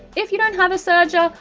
if you don't have a serger,